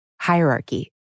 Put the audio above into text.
hierarchy